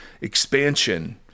expansion